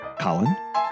Colin